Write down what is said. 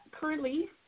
currently